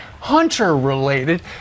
Hunter-related